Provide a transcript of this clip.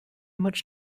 much